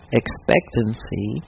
expectancy